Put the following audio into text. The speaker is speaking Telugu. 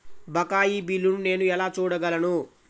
బకాయి బిల్లును నేను ఎలా చూడగలను?